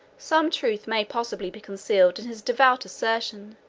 some truth may possibly be concealed in his devout assertion,